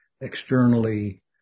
externally